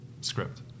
script